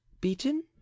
beaten